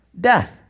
Death